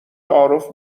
تعارف